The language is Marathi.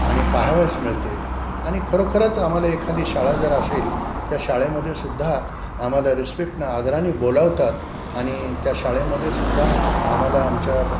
आणि पाहावयास मिळते आणि खरोखरंच आम्हाला एखादी शाळा जर असेल त्या शाळेमध्ये सुद्धा आम्हाला रिस्पेक्टनं आदरानी बोलावतात आणि त्या शाळेमध्ये सुद्धा आम्हाला आमच्या ब